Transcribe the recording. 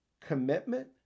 commitment